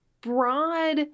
broad